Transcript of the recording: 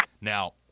Now